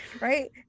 right